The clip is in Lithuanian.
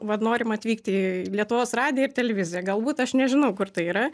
vat norima atvykti į lietuvos radiją ir televiziją galbūt aš nežinau kur tai yra